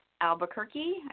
Albuquerque